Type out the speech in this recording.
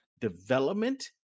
development